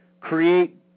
create